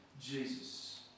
Jesus